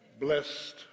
blessed